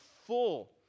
full